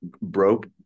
broke